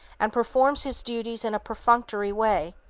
and performs his duties in a perfunctory way,